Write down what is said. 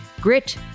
Grit